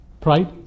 Pride